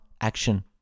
action